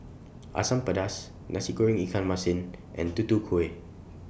Asam Pedas Nasi Goreng Ikan Masin and Tutu Kueh